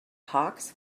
hawks